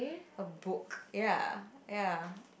a book ya ya